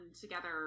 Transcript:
together